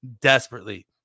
desperately